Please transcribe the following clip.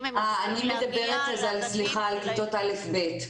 אני מדברת על כיתות א'-ב'.